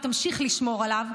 היא תמשיך לשמור עליו,